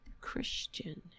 Christian